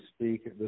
speak